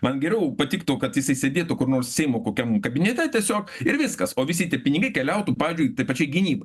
man geriau patiktų kad jisai sėdėtų kur nors seimo kokiam kabinete tiesiog ir viskas o visi tie pinigai keliautų pavyzdžiui tai pačiai gynybai